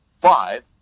five